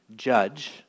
judge